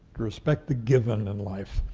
respect the given in life.